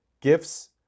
gifts